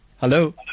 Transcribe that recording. Hello